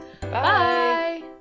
Bye